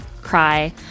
cry